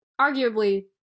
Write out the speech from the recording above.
arguably